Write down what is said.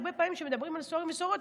הרבה פעמים כשמדברים על אסירים ואסירות,